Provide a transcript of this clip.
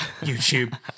YouTube